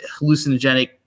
hallucinogenic